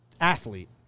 athlete